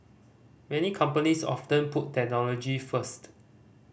many companies often put technology first